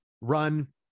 run